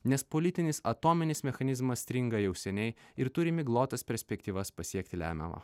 nes politinis atominis mechanizmas stringa jau seniai ir turi miglotas perspektyvas pasiekti lemiamą